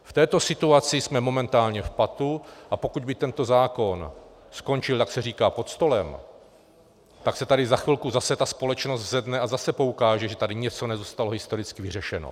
V této situaci jsme momentálně v patu, a pokud by tento zákon skončil, jak se říká, pod stolem, tak se tady za chvilku zase ta společnost zvedne a zase poukáže, že tady něco nezůstalo historicky řešeno.